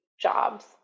jobs